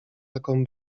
taką